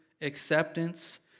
acceptance